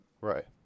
Right